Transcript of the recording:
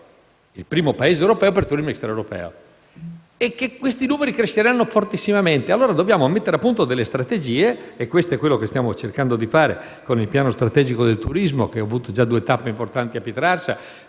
il primo Paese europeo per turismo extraeuropeo. E questi numeri cresceranno fortissimamente. Dobbiamo pertanto mettere a punto delle strategie, ed è quello che stiamo cercando di fare con il Piano strategico per lo sviluppo del turismo in Italia che ha avuto già due tappe importanti a Pietrarsa.